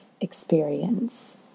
experience